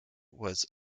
was